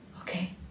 okay